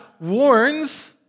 warns